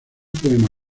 poema